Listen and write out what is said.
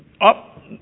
up